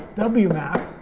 wmap,